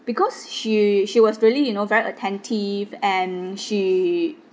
because she she was really you know very attentive and she